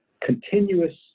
continuous